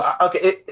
okay